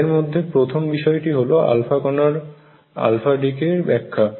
যাদের মধ্যে প্রথম বিষয়টি হলো α কনার ক্ষয় α decay এর ব্যাখ্যা